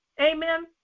Amen